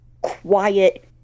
quiet